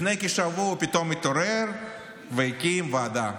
לפני כשבוע הוא פתאום התעורר והקים ועדה,